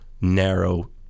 narrow